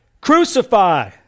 Crucify